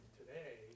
today